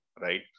right